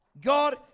God